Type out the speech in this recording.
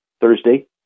Thursday